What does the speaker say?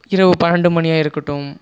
இரவு பன்னெண்டு மணியாக இருக்கட்டும்